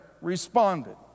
responded